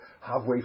halfway